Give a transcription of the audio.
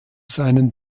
seinen